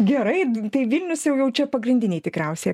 gerai tai vilnius jau jau čia pagrindiniai tikriausiai